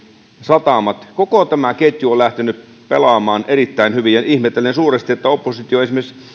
satamat koko tämä ketju on lähtenyt pelaamaan erittäin hyvin ja ihmettelen suuresti että oppositio esimerkiksi